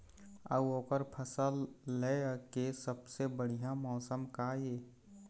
अऊ ओकर फसल लेय के सबसे बढ़िया मौसम का ये?